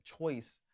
choice